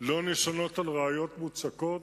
לא נשענות על ראיות מוצקות.